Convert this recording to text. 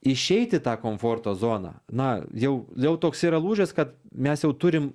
išeit į tą komforto zoną na jau jau toks yra lūžis kad mes jau turim